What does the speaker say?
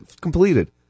completed